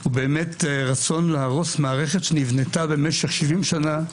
הוא באמת רצון להרוס מערכת שנבנתה במשך 70 שנה.